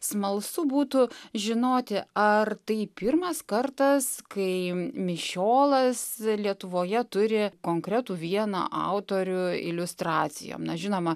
smalsu būtų žinoti ar tai pirmas kartas kai mišiolas lietuvoje turi konkretų vieną autorių iliustracijom na žinoma